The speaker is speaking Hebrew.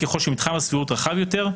ככל שמתחם הסבירות רחב יותר,